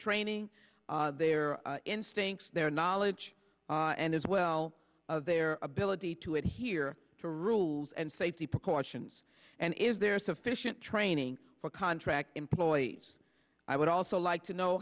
training their instincts their knowledge and as well of their ability to adhere to rules and safety precautions and is there sufficient training for contract employees i would also like to know